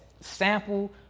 sample